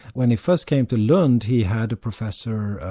when he first came to learn, he had a professor,